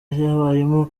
y’abarimu